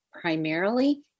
primarily